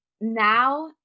Now